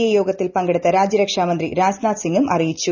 A യോഗത്തിൽ പങ്കെടുത്ത രാജ്യരക്ഷാമന്ത്രി രാജ്നാഥ് സിങും അറിയിച്ചു